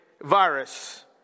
virus